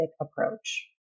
approach